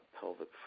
pelvic